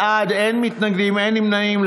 104 בעד, אין מתנגדים, אין נמנעים.